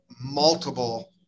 multiple